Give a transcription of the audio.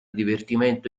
divertimento